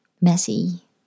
messy